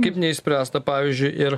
kaip neišspręsta pavyzdžiui ir